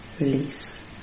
release